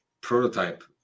prototype